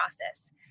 process